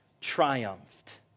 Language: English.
triumphed